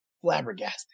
flabbergasted